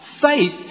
faith